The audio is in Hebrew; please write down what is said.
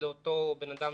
לאותו אדם